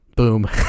boom